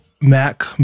Mac